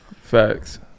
Facts